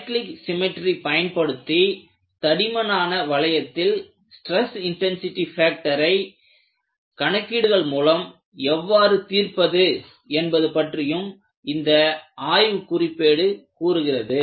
cyclic symmetry பயன்படுத்தி தடிமனான வளையத்தில் ஸ்ட்ரெஸ் இன்டென்சிட்டி ஃபேக்டரை கணக்கீடுகள் மூலம் எவ்வாறு தீர்ப்பது என்பது பற்றியும் இந்த ஆய்வு குறிப்பேடு கூறுகிறது